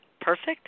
Perfect